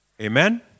Amen